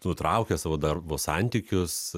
nutraukė savo darbo santykius